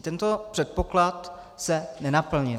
Tento předpoklad se nenaplnil.